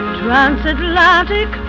transatlantic